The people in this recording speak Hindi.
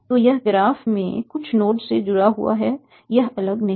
तो यह ग्राफ में कुछ नोड से जुड़ा हुआ है यह अलग नहीं है